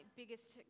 biggest